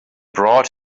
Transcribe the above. brought